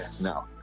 no